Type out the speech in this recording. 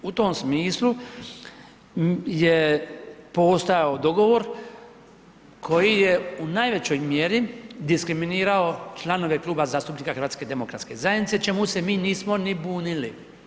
U tom smislu je postojao dogovor koji je u najvećoj mjeri diskriminirao članove Kluba zastupnika HDZ-a, čemu se mi nismo ni bunili.